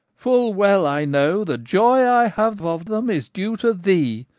full well i know the joy i have of them is due to thee,